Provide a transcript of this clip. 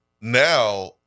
Now